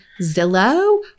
Zillow